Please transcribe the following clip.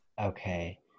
okay